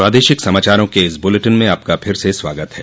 प्रादेशिक समाचारों के इस बुलेटिन में आपका फिर से स्वागत है